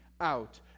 out